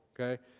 okay